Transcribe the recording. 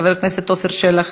חבר הכנסת עפר שלח,